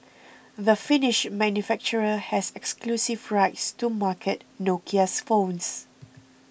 the Finnish manufacturer has exclusive rights to market Nokia's phones